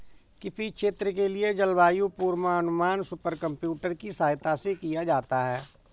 किसी क्षेत्र के लिए जलवायु पूर्वानुमान सुपर कंप्यूटर की सहायता से किया जाता है